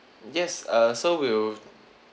yes uh so we'll